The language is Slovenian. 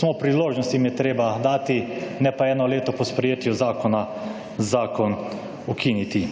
samo priložnost jim je treba dati, ne pa eno leto po sprejetju zakona zakon ukiniti.